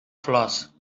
flors